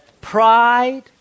Pride